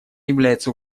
является